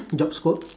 job scope